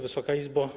Wysoka Izbo!